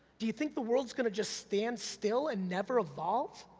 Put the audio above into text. do you think the world's gonna just stand still and never evolve?